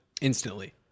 instantly